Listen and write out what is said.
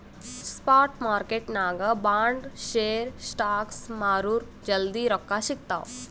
spot ಮಾರ್ಕೆಟ್ನಾಗ್ bond, share, stocks ಮಾರುರ್ ಜಲ್ದಿ ರೊಕ್ಕಾ ಸಿಗ್ತಾವ್